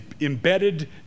embedded